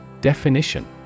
Definition